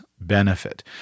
benefit